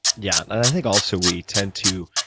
yeah. and i think also, we tend to,